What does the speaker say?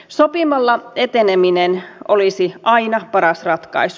sopimalla eteneminen olisi aina paras ratkaisu